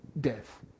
death